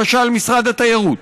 למשל משרד התיירות,